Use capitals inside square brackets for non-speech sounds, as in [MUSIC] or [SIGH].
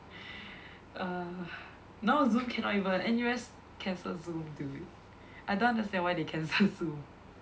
[BREATH] err now Zoom cannot even N_U_S cancelled Zoom dude I don't understand why they cancel Zoom